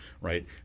right